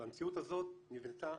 ובמציאות הזאת נבנתה